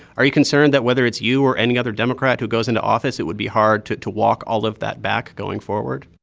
are you concerned that whether it's you or any other democrat who goes into office it would be hard to to walk all of that back going forward?